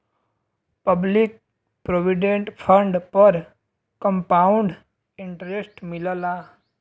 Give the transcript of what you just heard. public provident fund पर compound interest मिलला